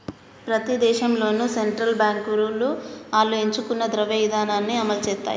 ప్రతి దేశంలోనూ సెంట్రల్ బాంకులు ఆళ్లు ఎంచుకున్న ద్రవ్య ఇదానాన్ని అమలుసేత్తాయి